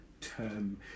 term